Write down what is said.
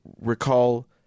recall